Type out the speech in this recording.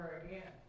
again